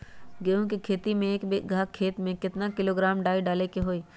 गेहूं के खेती में एक बीघा खेत में केतना किलोग्राम डाई डाले के होई?